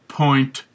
point